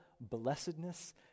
blessedness